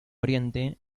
oriente